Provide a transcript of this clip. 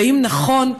והאם נכון,